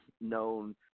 known